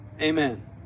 Amen